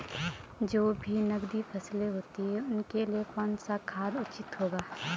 जो भी नकदी फसलें होती हैं उनके लिए कौन सा खाद उचित होगा?